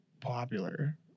popular